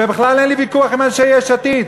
ובכלל אין לי ויכוח עם אנשי יש עתיד,